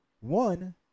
one